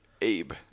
Abe